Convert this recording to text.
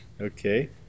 Okay